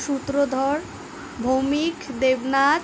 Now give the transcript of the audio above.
Sutradhar Bhowmik Debnath